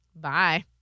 bye